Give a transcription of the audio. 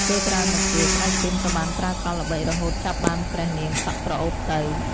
ពេលក្រោយមកទៀត ស្តេចសៀមក៏បានប្រើកលល្បិចរហូតចាប់បានព្រះនាងសក់ក្រអូបទៅ។